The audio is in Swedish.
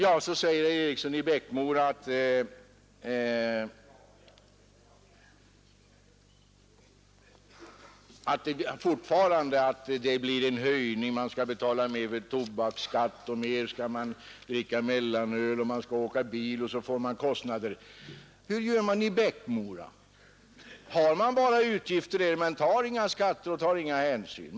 Herr Eriksson i Bäckmora menar fortfarande att det blir en höjning; man skall betala mer i tobaksskatt, och så skall man dricka mellanöl och åka bil och då får man ökade kostnader för det. Hur gör man i Bäckmora? Har man bara utgifter? Betalar man inga skatter, tar man inga hänsyn?